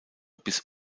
bis